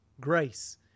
Grace